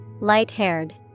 Light-haired